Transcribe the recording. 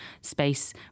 space